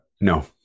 no